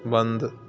بند